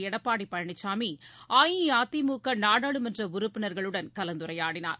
எடப்பாடி பழனிச்சாமி அஇஅதிமுக நாடாளுமன்ற உறுப்பினர்களுடன் கலந்துரையாடினார்